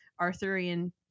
Arthurian